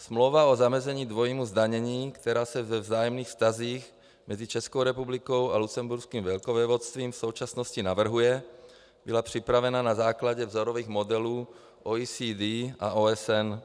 Smlouva o zamezení dvojímu zdanění, která se ve vzájemných vztazích mezi Českou republikou a Lucemburským velkovévodstvím v současnosti navrhuje, byla připravena na základě vzorových modelů OECD a OSN.